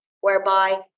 whereby